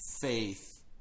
faith